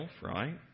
right